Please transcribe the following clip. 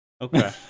Okay